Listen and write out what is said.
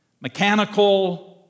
mechanical